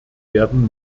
werden